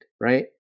right